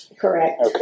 Correct